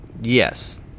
yes